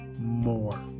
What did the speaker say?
more